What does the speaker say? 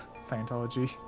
Scientology